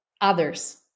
others